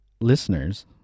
listeners